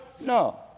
No